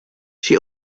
she